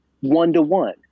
one-to-one